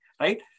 right